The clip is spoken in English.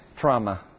trauma